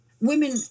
women